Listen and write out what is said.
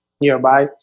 nearby